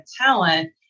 talent